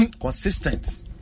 consistent